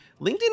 linkedin